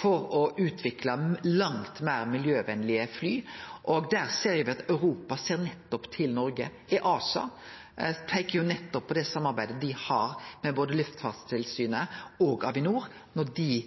for å utvikle langt meir miljøvenlege fly. Der ser me at Europa ser til Noreg. EASA peiker nettopp på det samarbeidet dei har med både Luftfartstilsynet og Avinor, når dei